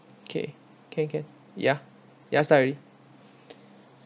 K can can ya ya start already